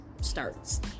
starts